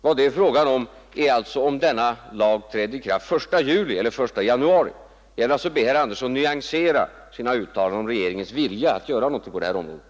Vad det gäller är om denna lag träder i kraft den 1 juli eller den 1 januari. Jag vill alltså be herr Andersson att nyansera sina uttalanden om regeringens vilja att göra någonting på det här området.